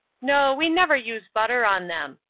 no, we never use butter on them.